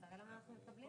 הפרמדיקים,